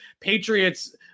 Patriots